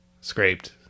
scraped